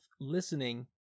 listening